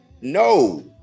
No